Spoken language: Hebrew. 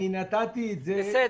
נתתי את זה כדוגמה.